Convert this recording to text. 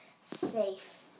Safe